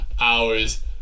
hours